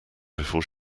before